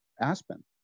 Aspen